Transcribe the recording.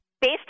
Based